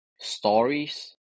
stories